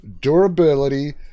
durability